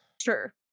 Sure